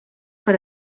per